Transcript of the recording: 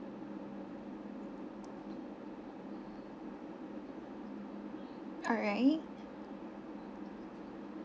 alright